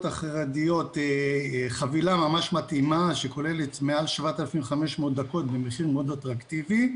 החרדיות חבילה מתאימה מאוד שכוללת למעלה מ-7,500 דקות מחיר אטרקטיבי,